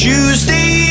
Tuesday